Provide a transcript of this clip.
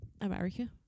America